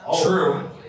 True